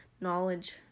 knowledge